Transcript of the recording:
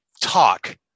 talk